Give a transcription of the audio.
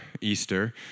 Easter